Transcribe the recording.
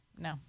No